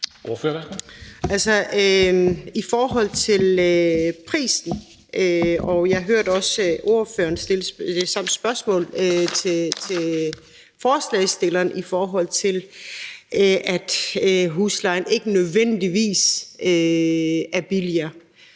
I forhold til prisen – og jeg hørte også ordføreren stille det samme spørgsmål til forslagsstilleren, i forhold til at huslejen ikke nødvendigvis er billigere